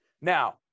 Now